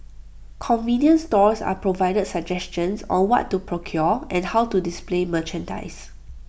convenience stores are provided suggestions on what to procure and how to display merchandise